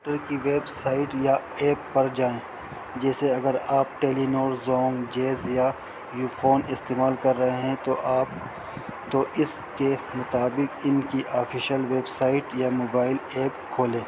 ٹر کی website یا ایپ پر جائیں جیسے اگر آپ ٹیلینور زوم جیز یا یو فون استعمال کر رہے ہیں تو آپ تو اس کے مطابق ان کی آفیشیل ویب سائٹ یا موبائل ایپ کھولیں